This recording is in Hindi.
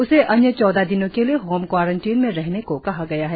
उसे अन्य चौदह दोनों के लिए होम क्वारंटिन में रहने को कहा गया है